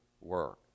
work